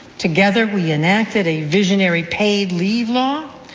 together, we enacted a visionary paid leave law,